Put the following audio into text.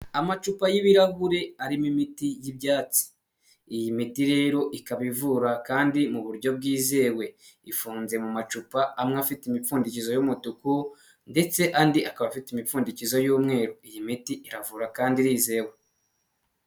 Amacupa y'ibirahure, arimo imiti y'ibyatsi. Iyi miti rero ikaba ivura kandi mu buryo bwizewe. Ifunze mu macupa, amwe afite imipfundikizo y'umutuku, ndetse andi akaba afite imipfundikizo y'umweru. Iyi miti iravura, kandi irizewe.